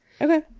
Okay